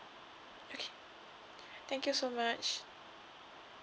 okay thank you so much